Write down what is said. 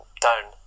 down